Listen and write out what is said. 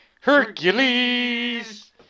Hercules